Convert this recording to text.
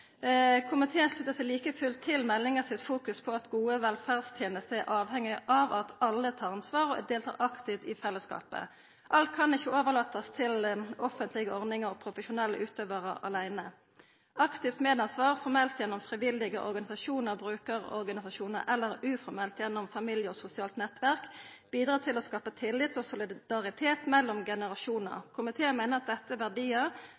Komiteen sluttar seg like fullt til meldinga sitt fokus på at gode velferdstenester er avhengige av at alle tar ansvar og deltar aktivt i fellesskapet. Alt kan ikkje overlatast til offentlege ordningar og profesjonelle utøvarar aleine. Aktivt medansvar – formelt gjennom frivillige organsisasjonar, brukarorganisasjonar eller uformelt gjennom familie og sosialt nettverk – bidrar til å skapa tillit og solidaritet mellom generasjonar. Komiteen meiner dette er verdiar